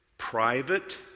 Private